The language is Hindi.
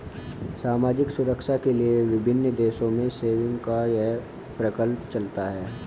सामाजिक सुरक्षा के लिए विभिन्न देशों में सेविंग्स का यह प्रकल्प चलता है